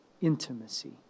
intimacy